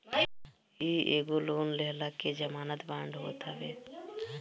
इ एगो लोन लेहला के जमानत बांड होत हवे